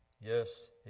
Yes